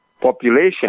population